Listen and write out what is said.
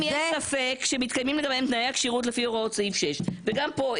אם יש ספק שמתקיימים תנאי הכשירות לפי הוראות סעיף 6 וגם פה,